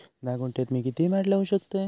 धा गुंठयात मी किती माड लावू शकतय?